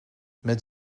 met